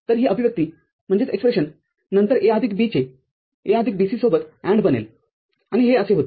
तर ही अभिव्यक्ती नंतर A आदिक B चे A आदिक BC सोबत AND बनेल आणि हे असे होते